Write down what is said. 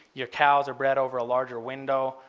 your cows are bred over a larger window.